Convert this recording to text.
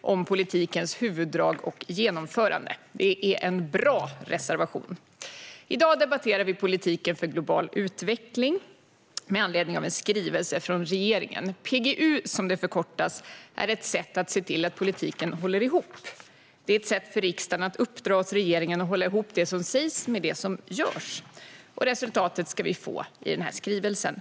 om politikens huvuddrag och genomförande. Det är en bra reservation. I dag debatterar vi politiken för global utveckling med anledning av en skrivelse från regeringen. PGU, som det förkortas, är ett sätt att se till att politiken håller ihop. Det är ett sätt för riksdagen att uppdra åt regeringen att hålla ihop det som sägs med det som görs. Resultatet ska vi få i skrivelsen.